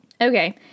Okay